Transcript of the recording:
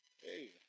Hey